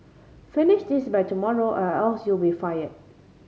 finish this by tomorrow or else you'll be fired